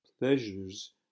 Pleasures